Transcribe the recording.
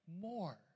more